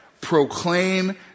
Proclaim